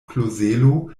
klozelo